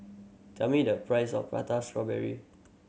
tell me the price of Prata Strawberry